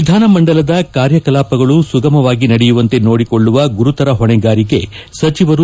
ವಿಧಾನಮಂಡಲದ ಕಾರ್ಯಕಲಾಪಗಳು ಸುಗಮವಾಗಿ ನಡೆಯುವಂತೆ ನೋಡಿಕೊಳ್ನುವ ಗುರುತರ ಹೊಣೆಗಾರಿಕೆ ಸಚಿವರು